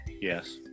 Yes